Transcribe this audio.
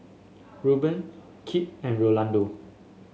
Rueben Kip and Rolando